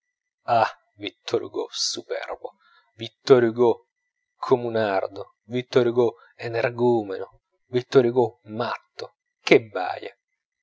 ah vittor hugo superbo vittor hugo comunardo vittor hugo energumeno vittor hugo matto che baie